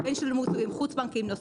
בין --- חוץ בנקאיים נוספים.